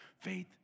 Faith